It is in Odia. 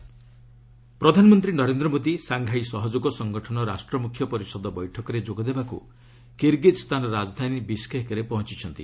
ପିଏମ୍ ଏସ୍ସିଓ ପ୍ରଧାନମନ୍ତ୍ରୀ ନରେନ୍ଦ୍ର ମୋଦୀ ସାଂଘାଇ ସହଯୋଗ ସଂଗଠନ ରାଷ୍ଟ୍ରମୁଖ୍ୟ ପରିଷଦ ବୈଠକରେ ଯୋଗ ଦେବାକୁ କିର୍ଗିଜ୍ଞାନ ରାଜଧାନୀ ବିଶ୍କେକ୍ରେ ପହଞ୍ଚିଛନ୍ତି